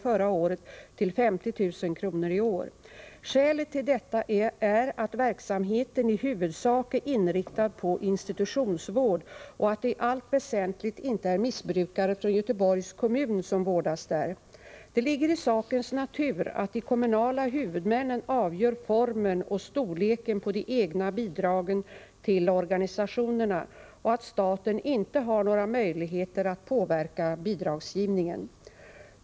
förra året till 50 000 kr. i år. Skälet till detta är att verksamheten i huvudsak är inriktad på institutionsvård och att det i allt väsentligt inte är missbrukare från Göteborgs kommun som vårdas där. Det ligger i sakens natur att de kommunala huvudmännen avgör formen och storleken på de egna bidragen till organisationerna och att staten inte har några möjligheter att påverka bidragsgivningen.